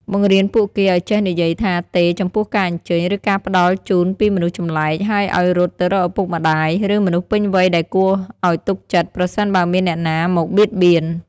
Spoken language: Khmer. បង្រៀនពួកគេឲ្យចេះនិយាយថា ទេ ចំពោះការអញ្ជើញ ឬការផ្តល់ជូនពីមនុស្សចម្លែក ហើយឲ្យរត់ទៅរកឪពុកម្តាយ ឬមនុស្សពេញវ័យដែលគួរឲ្យទុកចិត្ត ប្រសិនបើមានអ្នកណាមកបៀតបៀន។